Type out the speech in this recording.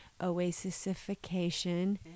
Oasisification